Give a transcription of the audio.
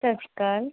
ਸਤਿ ਸ਼੍ਰੀ ਅਕਾਲ